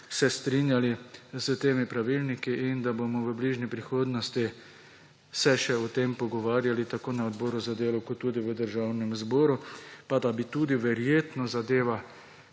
strinjali s temi pravilniki in da se bomo v bližnji prihodnosti o tem še pogovarjali tako na odboru za delo kot tudi v Državnem zboru. Pa da bi verjetno zadeva